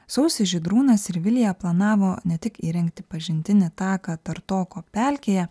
sausį žydrūnas ir vilija planavo ne tik įrengti pažintinį taką tartoko pelkėje